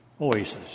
oasis